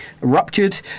ruptured